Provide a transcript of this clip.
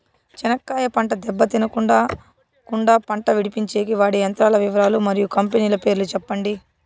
చెనక్కాయ పంట దెబ్బ తినకుండా కుండా పంట విడిపించేకి వాడే యంత్రాల వివరాలు మరియు కంపెనీల పేర్లు చెప్పండి?